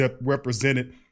represented